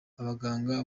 abaganga